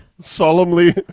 Solemnly